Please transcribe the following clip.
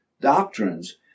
doctrines